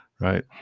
right